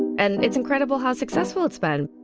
and it's incredible how successful it's bad